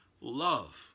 love